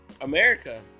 America